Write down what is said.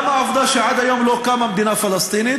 גם העובדה שעד היום לא קמה מדינה פלסטינית